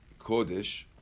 Kodesh